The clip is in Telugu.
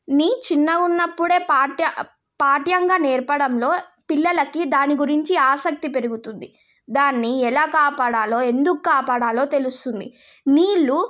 నీ చిన్నగా ఉన్నప్పుడే పాఠ్య పాఠ్యంగా నేర్పడంలో పిల్లలకి దాని గురించి ఆసక్తి పెరుగుతుంది దాన్ని ఎలా కాపాడాలో ఎందుకు కాపాడాలో తెలుస్తుంది నీళ్ళు